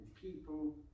people